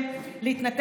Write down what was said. ועדיין,